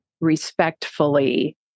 respectfully